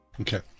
Okay